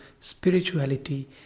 spirituality